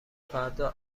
فردا